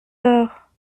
peur